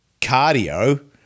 cardio